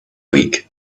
week